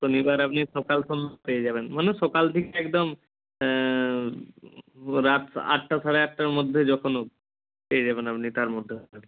শনিবার আপনি সকাল সময় পেয়ে যাবেন মানে সকাল থেকে একদম রাত আটটা সাড়ে আটটার মধ্যে যখন হোক পেয়ে যাবেন আপনি তার মধ্যে ডাক্তারকে